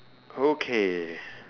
okay